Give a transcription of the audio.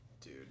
Dude